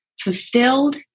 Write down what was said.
fulfilled